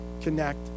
connect